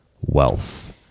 wealth